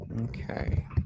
Okay